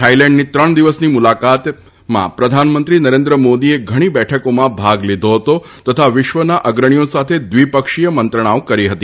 થાઇલપ્રક્રની ત્રણ દિવસની મુલાકાત પ્રધાનમંત્રી નરેન્દ્ર મોદીએ ઘણી બઠકોમાં ભાગ લીધો હતો તથા વિશ્વના અગ્રણીઓ સાથ દ્વિપક્ષીય મંત્રણાઓ કરી હતી